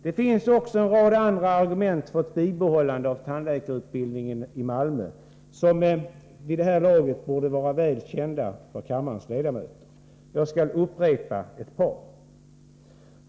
Det finns också en rad andra argument för bibehållandet av tandläkarutbildningen i Malmö, vilka vid det här laget borde vara väl kända - för kammarens ledamöter. Jag skall upprepa ett par.